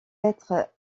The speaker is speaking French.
être